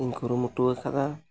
ᱤᱧ ᱠᱩᱨᱩᱢᱩᱴᱩ ᱟᱠᱟᱫᱟ